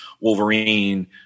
Wolverine